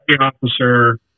officer